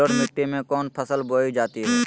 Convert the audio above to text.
जलोढ़ मिट्टी में कौन फसल बोई जाती हैं?